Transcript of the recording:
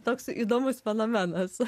toks įdomus fenomenas